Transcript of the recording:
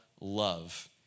love